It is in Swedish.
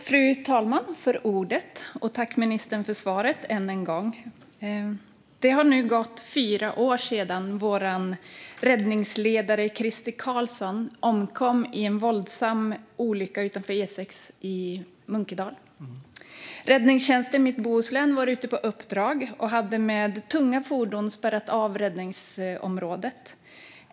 Fru talman! Jag tackar ministern för svaret, än en gång. Det har nu gått fyra år sedan vår räddningsledare Krister Karlsson omkom i en våldsam olycka på E6 utanför Munkedal. Räddningstjänsten Mitt Bohuslän var ute på uppdrag och hade med tunga fordon spärrat av räddningsområdet.